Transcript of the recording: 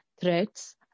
threats